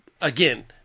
Again